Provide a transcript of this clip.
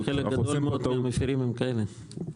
אנחנו עושים פה טעות.